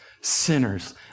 sinners